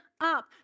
up